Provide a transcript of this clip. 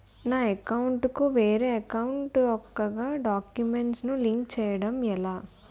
నా అకౌంట్ కు వేరే అకౌంట్ ఒక గడాక్యుమెంట్స్ ను లింక్ చేయడం ఎలా?